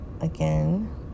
again